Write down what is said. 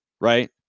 right